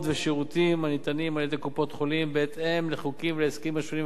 ושירותים הניתנים על-ידי קופות-החולים בהתאם לחוקים ולהסכמים השונים,